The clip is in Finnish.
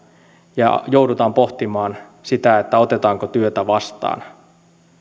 ja joudutaan pohtimaan sitä otetaanko työtä vastaan